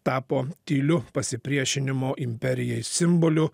tapo tyliu pasipriešinimo imperijai simboliu